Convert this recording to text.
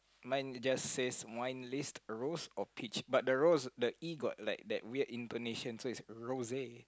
mine just says wine list rose or peach but the rose the E got like that weird intonation so is rose